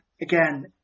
Again